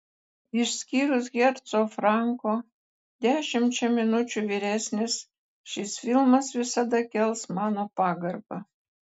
išskyrus herco franko dešimčia minučių vyresnis šis filmas visada kels mano pagarbą